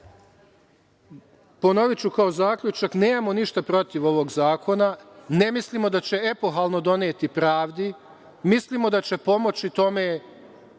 ponoviću kao zaključak, nemamo ništa protiv ovog zakona, ne mislimo da će epohalno doneti pravdi, mislimo da će pomoći tome